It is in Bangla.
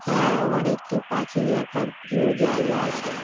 হ্যাঁ আমার একটি পাখি দেখার প্রিয় জায়গা আছে